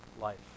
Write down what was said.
life